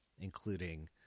including